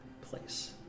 place